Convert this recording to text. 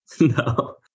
No